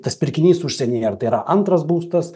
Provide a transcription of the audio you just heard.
tas pirkinys užsienyje ar tai yra antras būstas